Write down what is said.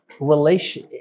relation